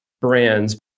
brands